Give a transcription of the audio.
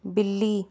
बिल्ली